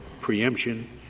preemption —